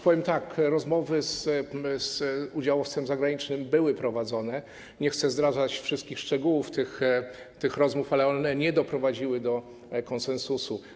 Powiem tak: rozmowy z udziałowcem zagranicznym były prowadzone - nie chcę zdradzać wszystkich szczegółów tych rozmów - ale one nie doprowadziły do konsensusu.